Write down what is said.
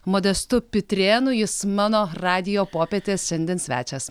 modestu pitrėnu jis mano radijo popietės šiandien svečias